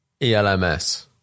ELMS